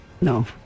No